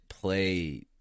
play